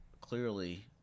clearly